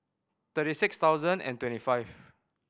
thirty six thousand and twenty five